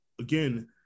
again